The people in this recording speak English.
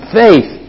faith